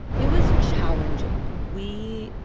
it was challenging. we,